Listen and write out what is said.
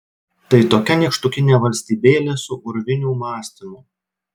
tai tokia nykštukinė valstybėlė su urvinių mąstymu